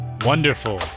Wonderful